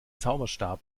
zauberstab